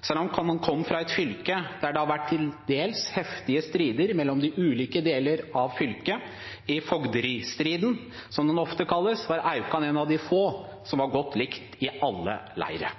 Selv om han kom fra et fylke der det har vært til dels heftige strider mellom de ulike deler av fylket – «fogderistriden», som den ofte kalles – var Aukan en av de få som var like godt likt i alle leirer.